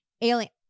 alien